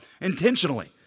Intentionally